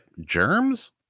germs